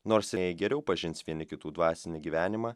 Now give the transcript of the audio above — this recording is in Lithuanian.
nors jei ir geriau pažins vieni kitų dvasinį gyvenimą